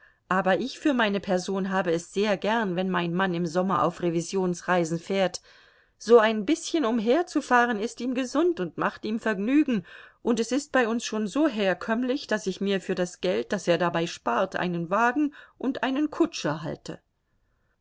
aber ich für meine person habe es sehr gern wenn mein mann im sommer auf revisionsreisen fährt so ein bißchen umherzufahren ist ihm gesund und macht ihm vergnügen und es ist bei uns schon so herkömmlich daß ich mir für das geld das er dabei spart einen wagen und einen kutscher halte